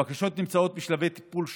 הוועדות נמצאות בשלבי טיפול שונים: